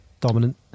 dominant